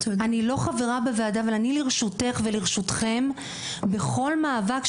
אני לא חברה בוועדה אבל אני לרשותך ולרשותכם בכל מאבק,